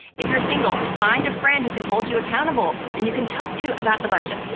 if you're single, find a friend who can hold you accountable and you can talk to about the budget.